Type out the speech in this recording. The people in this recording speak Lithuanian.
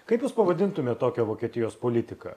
kaip jūs pavadintumėt tokią vokietijos politiką